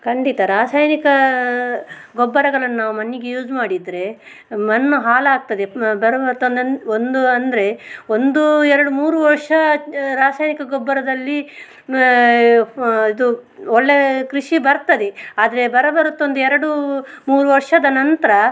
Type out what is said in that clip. ಖಂಡಿತ ರಾಸಾಯನಿಕ ಗೊಬ್ಬರಗಳನ್ನಾವು ಮಣ್ಣಿಗೆ ಯೂಸ್ ಮಾಡಿದರೆ ಮಣ್ಣು ಹಾಳಾಗ್ತದೆ ಬೇರೆ ಮತ್ತೊಂದು ಒಂದು ಅಂದರೆ ಒಂದು ಎರಡು ಮೂರು ವರ್ಷ ರಾಸಾಯನಿಕ ಗೊಬ್ಬರದಲ್ಲಿ ಇದು ಒಳ್ಳೆಯ ಕೃಷಿ ಬರ್ತದೆ ಆದರೆ ಬರಬರುತ್ತ ಒಂದು ಎರಡು ಮೂರು ವರ್ಷದ ನಂತರ